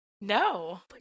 No